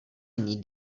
jiný